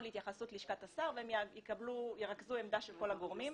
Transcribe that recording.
להתייחסות של לשכת השר והם ירכזו עמדה של כל הגורמים.